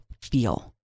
feel